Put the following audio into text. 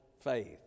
faith